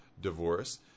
divorce